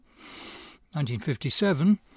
1957